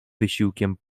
wysiłkiem